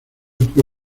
fue